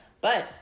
But-